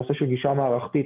הנושא של גישה מערכתית,